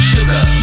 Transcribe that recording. Sugar